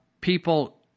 People